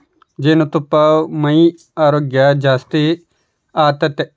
ಜೇನುತುಪ್ಪಾ ಮೈಯ ಆರೋಗ್ಯ ಜಾಸ್ತಿ ಆತತೆ